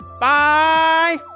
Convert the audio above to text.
bye